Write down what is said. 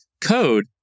code